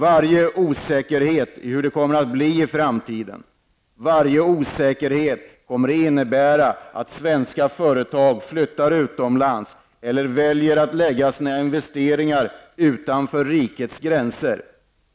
Varje osäkerhet om hur det kommer att bli i framtiden kommer att innebära att svenska företag flyttar utomlands eller väljer att lägga sina investeringar utanför rikets gränser.